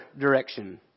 direction